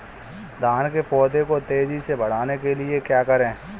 धान के पौधे को तेजी से बढ़ाने के लिए क्या करें?